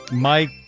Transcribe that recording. Mike